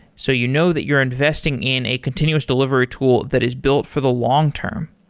so you know that you're investing in a continuous delivery tool that is built for the long-term.